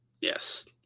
Yes